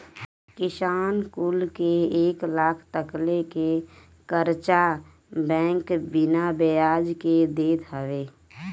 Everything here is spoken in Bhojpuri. किसान कुल के एक लाख तकले के कर्चा बैंक बिना बियाज के देत हवे